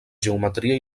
geometria